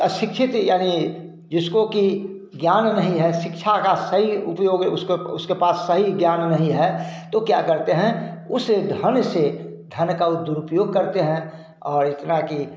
अशिक्षित यानी जिसको कि ज्ञान का नहीं है शिक्षा का सही उपयोग उसके उसके पास सही ज्ञान नहीं है तो क्या करते हैं उस धन से धन का उ दुरुपयोग करते हैं और इतना कि